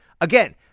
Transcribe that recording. Again